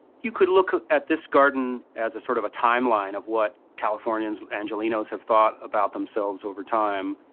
you could look at this garden as a sort of a timeline of what californians, angelenos, have thought about themselves over time.